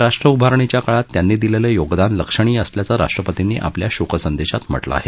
राष्ट्र उभारणीच्या काळात त्यांनी दिलेलं योगदान लक्षणीय असल्याचं राष्ट्रपतींनी आपल्या शोकसंदेशात म्हटलं आहे